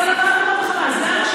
אז על אחת כמה וכמה.